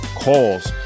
calls